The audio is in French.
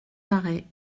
arrêts